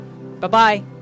Bye-bye